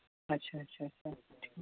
اچھا اچھا اچھا